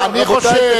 רבותי,